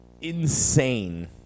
insane